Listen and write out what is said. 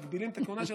מגבילים את הכהונה שלך,